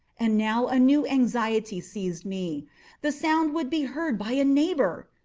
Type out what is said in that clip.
and now a new anxiety seized me the sound would be heard by a neighbour!